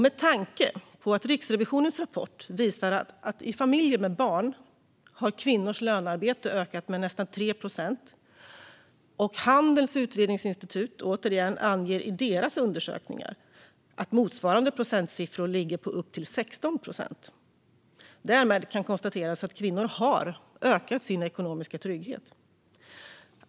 Med tanke på att Riksrevisionens rapport visar att i familjer med barn har kvinnors lönearbete ökat med nästan 3 procent och Handelns Utredningsinstitut, återigen, i sina undersökningar anger att motsvarande procentsiffror ligger på upp till 16 procent kan konstateras att kvinnor har ökat sin ekonomiska trygghet.